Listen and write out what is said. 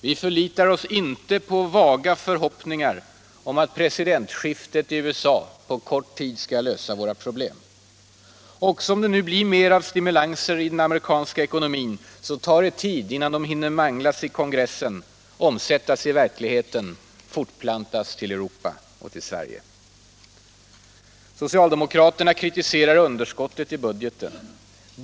Vi förlitar oss inte på vaga förhoppningar om att presidentskiftet i USA på kort tid skall lösa våra problem. Också om det nu blir mer av stimulanser i den amerikanska ekonomin tar det tid innan de hinner manglas i kongressen, omsättas i verkligheten och fortplantas till Europa och till Sverige. Socialdemokraterna kritiserar underskottet i budgeten.